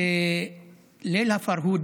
בליל הפרהוד,